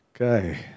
Okay